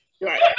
Right